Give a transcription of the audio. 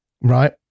right